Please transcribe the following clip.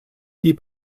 die